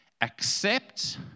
accept